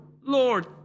Lord